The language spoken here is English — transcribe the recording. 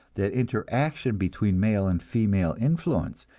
that interaction between male and female influence,